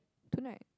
tonight